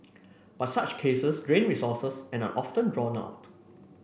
but such cases drain resources and are often drawn out